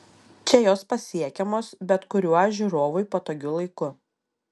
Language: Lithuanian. čia jos pasiekiamos bet kuriuo žiūrovui patogiu laiku